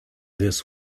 this